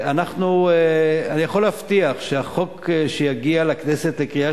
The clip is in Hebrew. אני יכול להבטיח שהחוק שיגיע לכנסת לקריאה